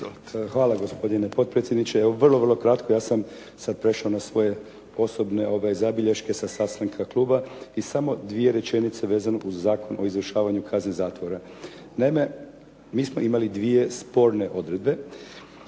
Hvala gospodine potpredsjedniče. Evo vrlo, vrlo kratko. Ja sam sad prešao na svoje osobne zabilješke sa sastanka kluba i samo dvije rečenice vezano uz Zakon o izvršavanju kazne zatvora. Naime, mi smo imali dvije sporne odredbe